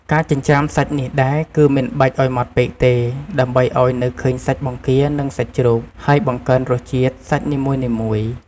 ការចិញ្ច្រាំសាច់នេះដែរគឺមិនបាច់ឱ្យម៉ដ្ឋពេកទេ ដើម្បីឱ្យនៅឃើញសាច់បង្គា និងសាច់ជ្រូក ហើយបង្កើនរសជាតិសាច់នីមួយៗ។